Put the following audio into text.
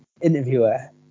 interviewer